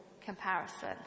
comparison